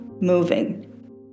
moving